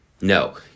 No